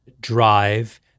drive